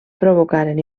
provocaren